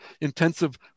intensive